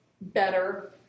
better